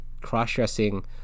cross-dressing